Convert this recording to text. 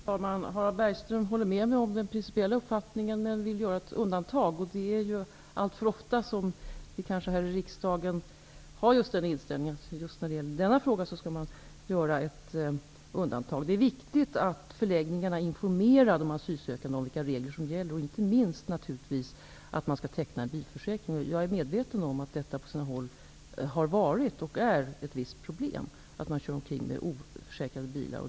Fru talman! Harald Bergström håller med mig om den principiella uppfattningen men vill göra ett undantag. Det är alltför ofta som vi här i riksdagen har den inställningen att det just när det gäller en viss fråga skall göras ett undantag. Det är viktigt att förläggningarna informerar de asylsökande om vilka regler som gäller, inte minst att man skall teckna en bilförsäkring. Jag är medveten om att det på sina håll har varit och är ett visst problem med att man kör omkring med oförsäkrade bilar.